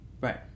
Right